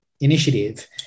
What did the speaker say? initiative